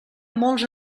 molts